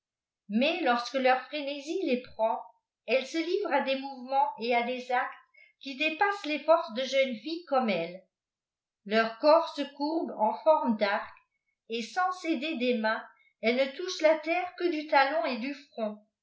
mais torsque leur frénèêe ïes prend elles se uvrent a des raoiivemenls et a dés actes qui dépassent les tôrces de jeunes filles comme eïles leurs corps se courbent en forme d'arc et satis sak der des maiq s elles ne touchent la terre qye du talon et du front